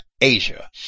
Asia